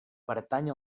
pertany